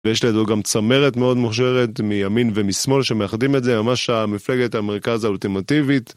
ויש לנו גם צמרת מאוד מוכשרת מימין ומשמאל שמאחדים את זה ממש המפלגת המרכז האולטימטיבית.